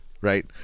Right